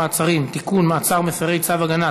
מעצרים) (תיקון מעצר מפרי צו הגנה),